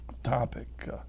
topic